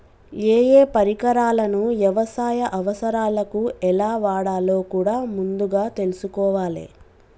ఏయే పరికరాలను యవసాయ అవసరాలకు ఎలా వాడాలో కూడా ముందుగా తెల్సుకోవాలే